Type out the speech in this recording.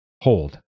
Hold